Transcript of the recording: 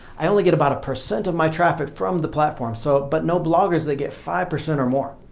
i only get about a percent of my traffic from the platform so but know bloggers that get five percent or more.